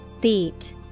Beat